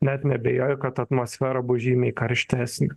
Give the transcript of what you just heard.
net neabejoju kad atmosfera bus žymiai karštesnė